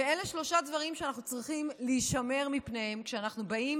ואלה שלושה דברים שאנחנו צריכים להישמר מפניהם כשאנחנו באים